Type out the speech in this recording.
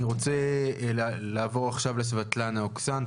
אני רוצה לעבור עכשיו לסבטלנה אוקסן,